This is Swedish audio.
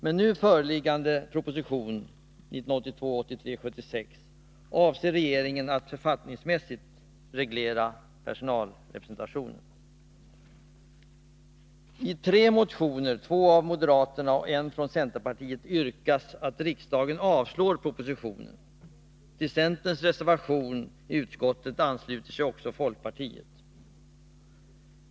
Med nu föreliggande proposition 1982/83:76 avser regeringen att författningsmässigt reglera personalrepresentationen. I tre motioner — två från moderaterna och en från centerpartiet — yrkas att riksdagen avslår propositionen. Till centerns reservation i utskottet ansluter sig också folkpartiet.